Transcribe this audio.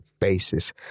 basis